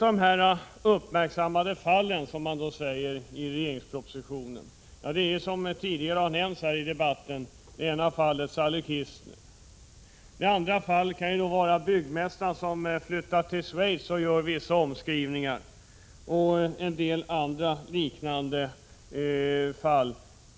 Av de här ”uppmärksammade fallen”, som man åberopar i regeringspropositionen gäller att, som tidigare nämnts i debatten, Sally Kistner. Ett annat fall kan vara byggmästaren som flyttar till Schweiz och gör vissa omskrivningar. Det har förekommit en del andra liknande fall.